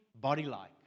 body-like